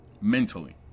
mentally